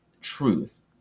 truth